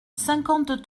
cinquante